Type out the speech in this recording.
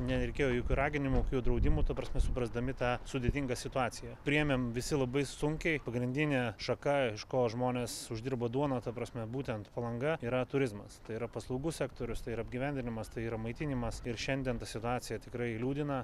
nereikėjo jokių raginimų jokių draudimų ta prasme suprasdami tą sudėtingą situaciją priėmėm visi labai sunkiai pagrindinė šaka iš ko žmonės uždirba duoną ta prasme būtent palanga yra turizmas tai yra paslaugų sektorius tai ir apgyvendinimas tai yra maitinimas ir šiandien ta situacija tikrai liūdina